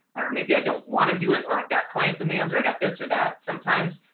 or maybe i don't want to do it, or i've got client demands, or i got this or that sometimes,